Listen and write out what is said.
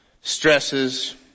stresses